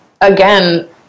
again